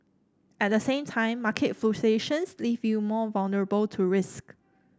at the same time market leave you more vulnerable to risk